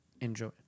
enjoy